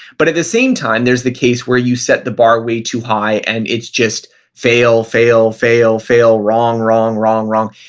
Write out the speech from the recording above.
but at the same time there's the case where you set the bar way too high and it's just fail, fail, fail, fail, wrong, wrong, wrong, wrong.